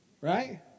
Right